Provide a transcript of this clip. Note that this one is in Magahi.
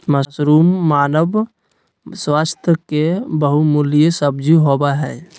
मशरूम मानव स्वास्थ्य ले बहुमूल्य सब्जी होबय हइ